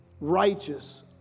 Righteous